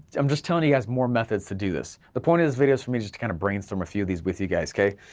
i'm just telling you guys more methods to do this. the point is, videos for me just to kind of brainstorm a few of these with you guys, okay.